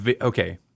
okay